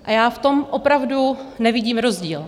A já v tom opravdu nevidím rozdíl.